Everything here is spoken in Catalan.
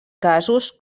casos